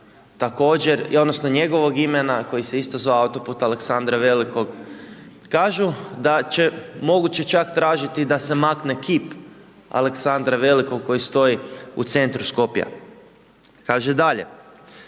također i odnosno njegovog imena koji se isto zvao autoput Aleksandra Velikog. Kažu da će, moguće je čak tražiti da se makne kip Aleksandra Velikog koji stoji u centru Skopja. Kaže dalje,